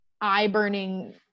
eye-burning